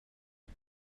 est